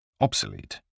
Obsolete